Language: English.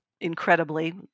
incredibly